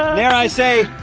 um dare i say,